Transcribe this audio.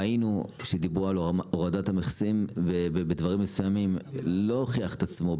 ראינו שדיברו על הורדת המכסים ובדברים מסוימים לא הוכיח את עצמו,